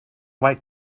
white